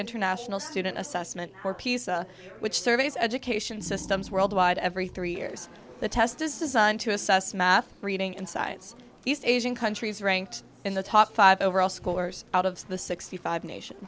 international student assessment or pisa which surveys education systems worldwide every three years the test designed to assess math reading and science east asian countries ranked in the top five overall scores out of the sixty five nation